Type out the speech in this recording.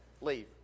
Leave